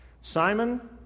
Simon